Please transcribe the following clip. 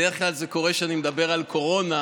בדרך כלל זה קורה כשאני מדבר על קורונה,